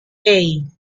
hey